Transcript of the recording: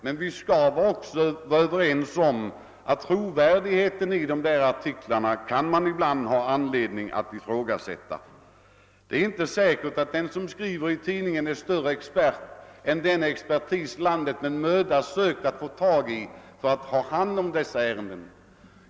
Men vi kan väl vara överens om att man ibland har anledning att ifrågasätta trovärdigheten i sådana artiklar. Det är inte säkert att tidningsskribenten är en mera framstående expert än den sakkunskap på området vi i vårt land sökt samla ibop för att ta hand om ifrågavarande ärenden.